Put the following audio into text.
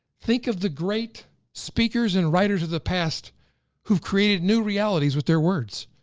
think of the great speakers and writers of the past who've created new realities with their words.